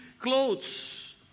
clothes